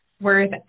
worth